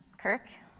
kirk?